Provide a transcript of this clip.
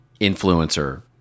influencer